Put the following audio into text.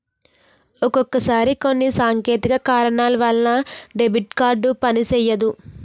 ఒక్కొక్కసారి కొన్ని సాంకేతిక కారణాల వలన డెబిట్ కార్డు పనిసెయ్యదు